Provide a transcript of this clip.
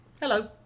hello